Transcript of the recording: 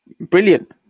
Brilliant